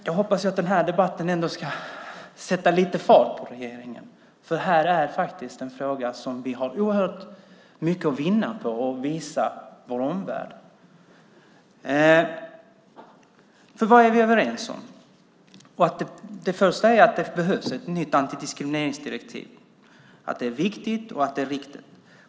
Jag hoppas att den här debatten ändå ska sätta lite fart på regeringen, för det här är en fråga som vi har oerhört mycket att vinna på att visa vår omvärld. Vad är vi överens om? Det första är att det behövs ett nytt antidiskrimineringsdirektiv, att det är viktigt och riktigt.